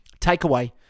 Takeaway